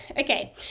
Okay